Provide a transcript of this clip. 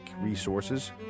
resources